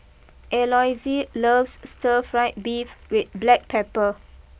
Eloise loves Stir Fried Beef with Black Pepper